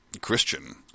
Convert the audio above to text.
Christian